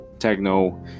techno